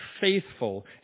faithful